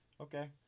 Okay